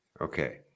Okay